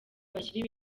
bashyira